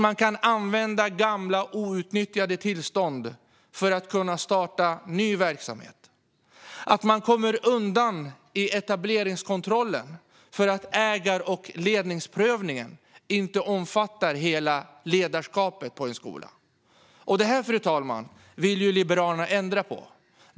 Man kan använda gamla outnyttjade tillstånd för att starta ny verksamhet. Man kommer undan i etableringskontrollen för att ägar och ledningsprövningen inte omfattar hela ledarskapet på en skola. Fru talman! Det vill Liberalerna ändra på.